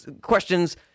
questions